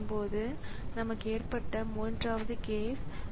படி எண் 2 IO கண்ட்ரோலருக்காக